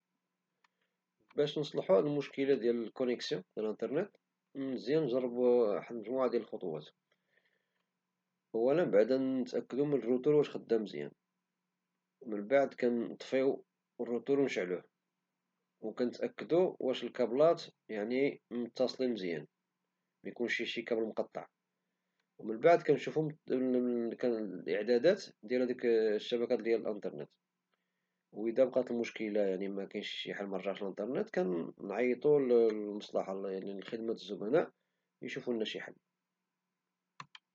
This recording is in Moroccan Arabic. باش نصلحو هد المشكلة ديال الكونيكسيون - ديال الأنترنت- مزيان نجربو واجد مجموعة ديال الخطوات، أولا نتأكدو واش الروتور خدام مزيان، من بعد كنطفيو الروتور ونشعلوه، وكنتأكدو واش الكبلات متصلين مزيان - ميكونش شي كابل مقطع - ومن بعد كنشوفو الاعدادات ديال الشبكة د الأنترنت، وإذا بقات المشكلة مستمرة كنعيطو لمصلحة خدمة الزبناء يشوفونا شي حل.